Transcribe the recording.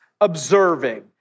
observing